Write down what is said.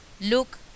Look